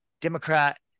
Democrat